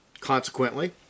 Consequently